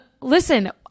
Listen